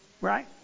right